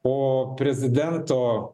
o prezidento